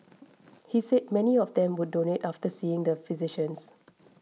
he said many of them would donate after seeing the physicians